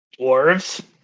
Dwarves